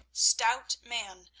stout man,